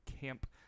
Camp